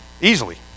Easily